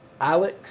Alex